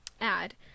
add